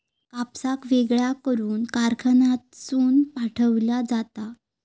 कापसाक वेगळा करून कारखान्यातसून पाठविला जाता